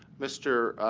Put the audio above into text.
mr.